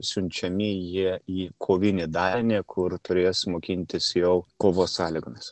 siunčiami jie į kovinį dalinį kur turės mokintis jau kovos sąlygomis